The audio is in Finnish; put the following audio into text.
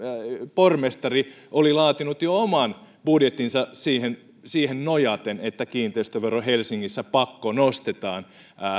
pormestari oli laatinut jo oman budjettinsa siihen siihen nojaten että kiinteistövero helsingissä pakkonostetaan